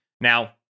Now